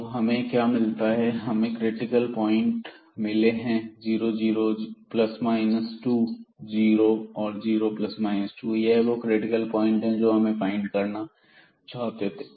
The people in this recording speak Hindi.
तो हमें क्या मिलता है हमें क्रिटिकल पॉइंट ्स मिले हैं 00200±2 और यह वो क्रिटिकल प्वाइंट हैं जो हम फाइंड करना चाहते थे